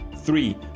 Three